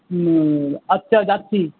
হুম আচ্ছা যাচ্ছি